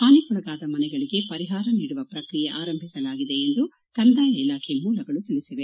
ಹಾನಿಗೊಳಗಾದ ಮನೆಗಳಿಗೆ ಪರಿಹಾರ ನೀಡುವ ಪ್ರಕ್ರಿಯೆ ಆರಂಭಿಸಲಾಗಿದೆ ಎಂದು ಕಂದಾಯ ಇಲಾಖೆ ಮೂಲಗಳು ತಿಳಿಸಿದೆ